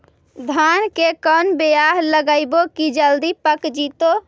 धान के कोन बियाह लगइबै की जल्दी पक जितै?